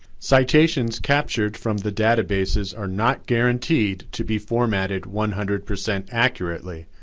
citations captured from the databases are not guaranteed to be formatted one hundred percent accurately!